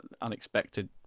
unexpected